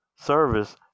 Service